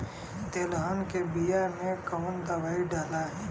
तेलहन के बिया मे कवन दवाई डलाई?